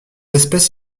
espèce